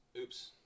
Oops